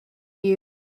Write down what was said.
you